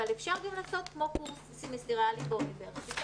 אבל אפשר גם לעשות כמו קורס סמסטריאלי באוניברסיטה,